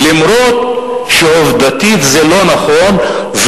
אף-על-פי שעובדתית זה לא נכון,